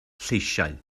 lleisiau